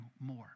more